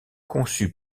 conçu